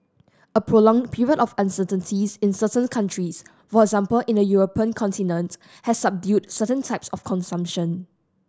a prolonged period of uncertainties in certain countries for example in the European continent has subdued certain types of consumption